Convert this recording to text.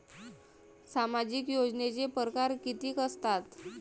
सामाजिक योजनेचे परकार कितीक असतात?